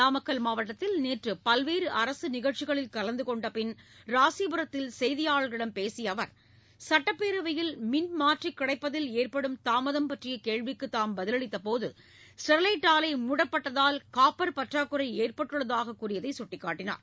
நாமக்கல் மாவட்டத்தில் நேற்று பல்வேறு அரசு நிகழ்ச்சிகளில் கலந்து கொண்டபின் ராசிபுரத்தில் செய்தியாளர்களிடம் பேசிய அவர் சுட்டப்பேரவையில் மின்மாற்றி கிடைப்பதில் ஏற்படும் தாமதம் பற்றிய கேள்விக்கு தாம் பதிலளித்தபோது ஸ்டெர்லைட் ஆலை மூடப்பட்டதால் காப்பர் பற்றாக்குறை ஏற்பட்டுள்ளதாக கூறியதை சுட்டிக்காட்டினார்